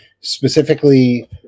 specifically